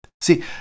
See